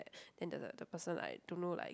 then the the the person like don't know like